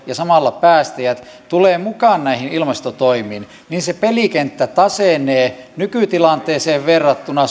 ja samalla päästäjät tulevat mukaan näihin ilmastotoimiin niin se pelikenttä tasenee nykytilanteeseen verrattuna